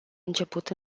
început